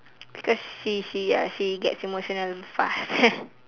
because she she uh she gets emotional fast